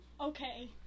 okay